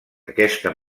aquesta